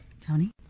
Tony